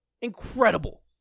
Incredible